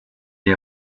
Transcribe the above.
est